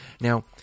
Now